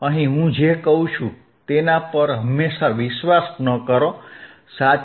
અહિ હું જે કહું છું તેના પર હંમેશા વિશ્વાસ ન કરો સાચું